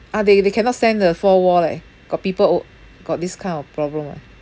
ah they they cannot stand the four wall leh got people o~ got this kind of problem ah